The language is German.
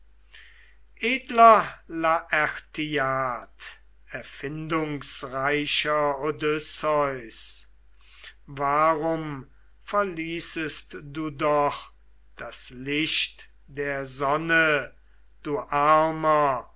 erfindungsreicher odysseus warum verließest du doch das licht der sonne du armer